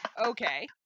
Okay